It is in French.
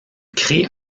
crée